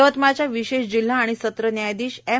यवतमाळच्या विशेष जिल्हा आणि सत्र न्यायाधीश एम